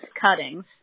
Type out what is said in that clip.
cuttings